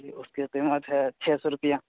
جی اس کی قیمت ہے چھ سو روپیہ